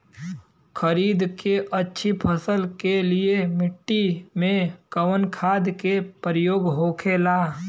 खरीद के अच्छी फसल के लिए मिट्टी में कवन खाद के प्रयोग होखेला?